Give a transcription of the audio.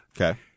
Okay